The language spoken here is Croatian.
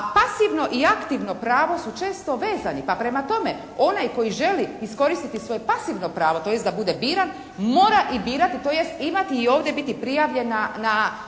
pasivno i aktivno pravo su često vezani. Pa prema tome, onaj koji želi iskoristiti svoje pasivno pravo, tj. da bude biran mora i birati, tj. imati i ovdje biti prijavljen na